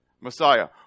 Messiah